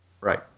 Right